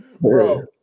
Bro